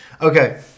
Okay